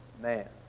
man